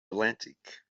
atlantic